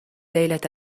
ليلة